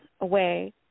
away